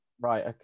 right